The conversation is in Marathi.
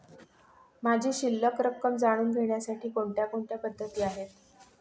माझी शिल्लक रक्कम जाणून घेण्यासाठी कोणकोणत्या पद्धती आहेत?